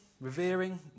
revering